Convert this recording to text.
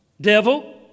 devil